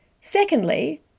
Secondly